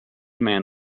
man